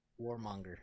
Warmonger